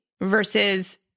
versus